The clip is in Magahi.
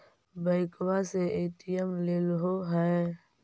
बैंकवा से ए.टी.एम लेलहो है?